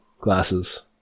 glasses